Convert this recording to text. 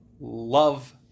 love